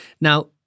Now